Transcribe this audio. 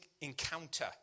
encounter